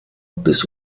bis